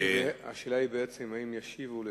השאלה היא בעצם האם ישיבו ל"שובו".